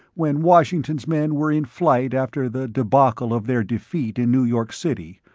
when washington's men were in flight after the debacle of their defeat in new york city,